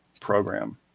program